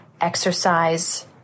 exercise